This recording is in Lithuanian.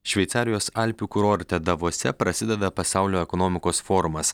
šveicarijos alpių kurorte davose prasideda pasaulio ekonomikos forumas